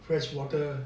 freshwater